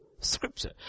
scripture